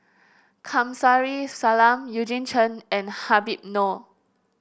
Kamsari Salam Eugene Chen and Habib Noh